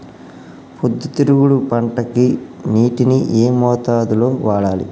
పొద్దుతిరుగుడు పంటకి నీటిని ఏ మోతాదు లో వాడాలి?